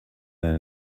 then